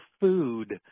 food